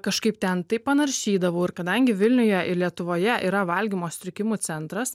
kažkaip ten tai panaršydavau ir kadangi vilniuje ir lietuvoje yra valgymo sutrikimų centras